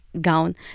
gown